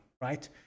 right